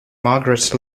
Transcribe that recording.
margaret